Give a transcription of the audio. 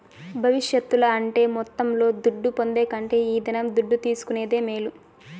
భవిష్యత్తుల అంటే మొత్తంలో దుడ్డు పొందే కంటే ఈ దినం దుడ్డు తీసుకునేదే మేలు